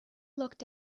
looked